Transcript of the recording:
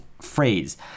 phrase